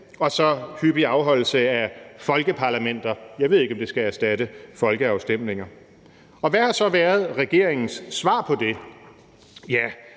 og så hyppig afholdelse af folkeparlamenter. Jeg ved ikke, om det skal erstatte folkeafstemninger. Hvad har så været regeringens svar på det? Ja,